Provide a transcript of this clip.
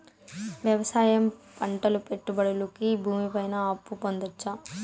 వ్యవసాయం పంటల పెట్టుబడులు కి భూమి పైన అప్పు పొందొచ్చా?